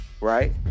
right